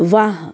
वाह